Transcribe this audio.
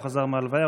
הוא חזר מהלוויה.